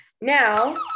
Now